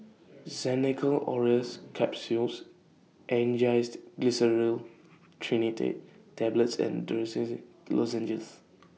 Xenical Orlistat Capsules Angised Glyceryl Trinitrate Tablets and Dorithricin Lozenges